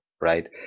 right